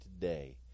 today